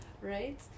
Right